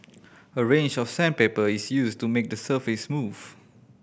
a range of sandpaper is used to make the surface smooth